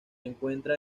encuentra